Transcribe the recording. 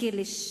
הזכיר לי,